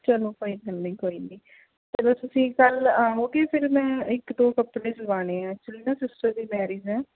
ਚਲੋ ਕੋਈ ਗੱਲ ਨਹੀਂ ਕੋਈ ਨਹੀਂ ਚਲੋ ਤੁਸੀਂ ਕੱਲ੍ਹ ਆਉਗੇ ਫਿਰ ਮੈਂ ਇੱਕ ਦੋ ਕੱਪੜੇ ਸਿਲਵਾਣੇ ਹੈ ਐਕਚੁਲੀ ਨਾ ਸਿਸਟਰ ਦੀ ਮੈਰਿਜ ਹੈ